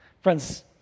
Friends